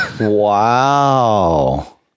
Wow